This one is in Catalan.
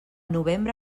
novembre